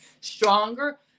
stronger